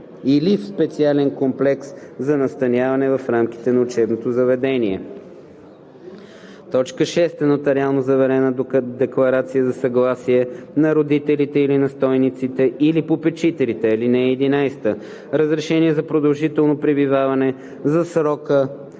или в специален комплекс за настаняване в рамките на учебното заведение; 6. нотариално заверена декларация за съгласие на родителите или настойниците, или попечителите. (11) Разрешение за продължително пребиваване за срока